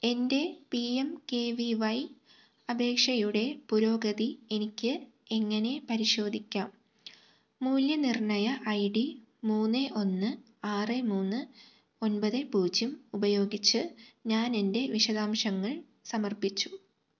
എൻ്റെ P M K V Y അപേക്ഷയുടെ പുരോഗതി എനിക്ക് എങ്ങനെ പരിശോധിക്കാം മൂല്യനിർണ്ണയ ഐ ഡി മൂന്ന് ഒന്ന് ആറ് മൂന്ന് ഒൻപത് പൂജ്യം ഉപയോഗിച്ച് ഞാൻ എൻ്റെ വിശദാംശങ്ങൾ സമർപ്പിച്ചു